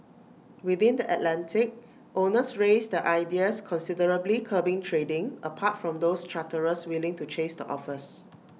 within the Atlantic owners raised their ideas considerably curbing trading apart from those charterers willing to chase the offers